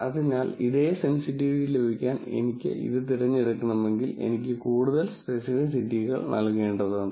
അതിനാൽ അതേ സെൻസിറ്റിവിറ്റി ലഭിക്കാൻ എനിക്ക് ഇത് തിരഞ്ഞെടുക്കണമെങ്കിൽ എനിക്ക് കൂടുതൽ സ്പെസിഫിസിറ്റികൾ നൽകേണ്ടതുണ്ട്